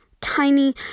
tiny